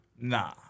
Nah